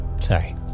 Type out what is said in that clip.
sorry